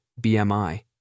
BMI